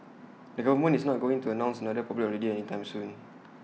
the government is not going to announce another public holiday anytime soon